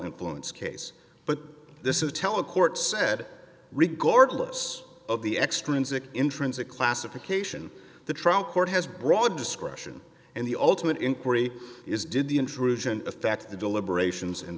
influence case but this is tell a court said regardless of the extrinsic intrinsic classification the trial court has broad discretion and the ultimate inquiry is did the intrusion affect the deliberations and